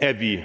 at vi